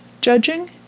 judging